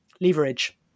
leverage